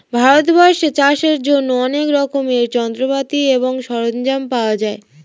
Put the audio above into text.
ভারতবর্ষে চাষের জন্য অনেক রকমের যন্ত্রপাতি এবং সরঞ্জাম পাওয়া যায়